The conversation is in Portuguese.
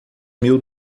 mil